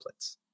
templates